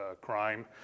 crime